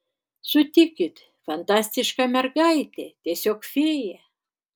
sutikit fantastiška mergaitė tiesiog fėja